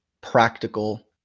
practical